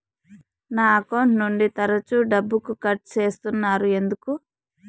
నా అకౌంట్ నుండి తరచు డబ్బుకు కట్ సేస్తున్నారు ఎందుకు